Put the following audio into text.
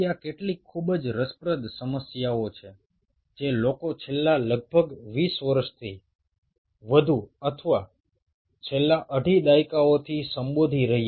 বিগত প্রায় কুড়ি বছর বা শেষ আড়াই দশক ধরে সবাই এই ধরনের কিছু সমস্যার সম্মুখীন হয়ে আসছে